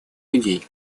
людей